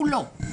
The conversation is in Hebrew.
כולו.